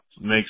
makes